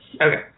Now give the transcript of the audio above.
Okay